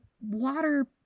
water